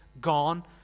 gone